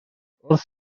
wrth